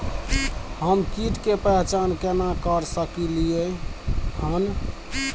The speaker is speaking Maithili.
हम कीट के पहचान केना कर सकलियै हन?